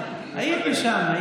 הייתי שם.